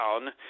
down